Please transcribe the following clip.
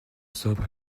sobre